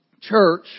church